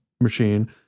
machine